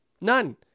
none